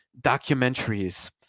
documentaries